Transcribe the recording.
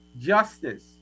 justice